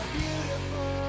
beautiful